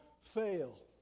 Fail